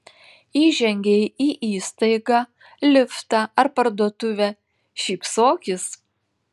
įžengei į įstaigą liftą ar parduotuvę šypsokis